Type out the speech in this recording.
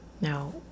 Now